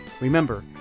Remember